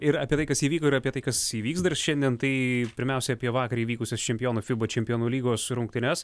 ir apie tai kas įvyko ir apie tai kas įvyks dar šiandien tai pirmiausia apie vakar įvykusias čempionų fiba čempionų lygos rungtynes